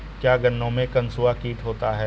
क्या गन्नों में कंसुआ कीट होता है?